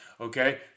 okay